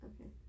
Okay